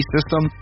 System